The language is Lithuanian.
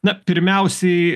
na pirmiausiai